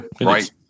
Right